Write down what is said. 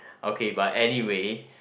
okay but anyway